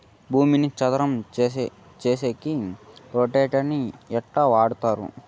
భూమిని చదరం సేసేకి రోటివేటర్ ని ఎట్లా వాడుతారు?